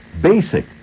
basic